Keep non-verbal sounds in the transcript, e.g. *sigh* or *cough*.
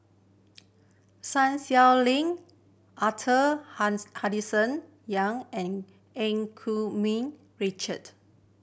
Sun Xueling Arthur *unintelligible* Henderson Young and Eu Keng *unintelligible* Richard